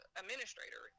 administrator